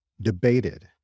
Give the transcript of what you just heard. debated